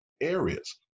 areas